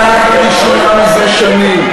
קודם העלינו את המסים על חברות הענק לראשונה זה שנים,